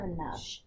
enough